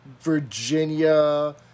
Virginia